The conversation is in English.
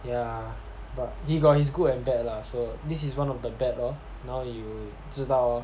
yeah but he got his good and bad lah so this is one of the bad lor now that you 知道 lor